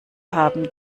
haben